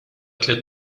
tliet